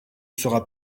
sera